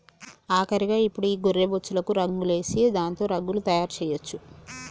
ఆఖరిగా ఇప్పుడు ఈ గొర్రె బొచ్చులకు రంగులేసి దాంతో రగ్గులు తయారు చేయొచ్చు